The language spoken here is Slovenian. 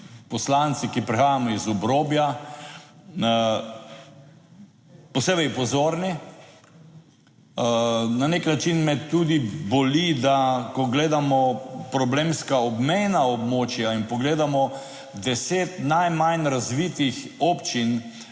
poslanci, ki prihajamo iz obrobja, posebej pozorni. Na nek način me tudi boli, da ko gledamo problemska obmejna območja in pogledamo deset najmanj razvitih občin